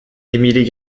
emily